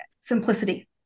simplicity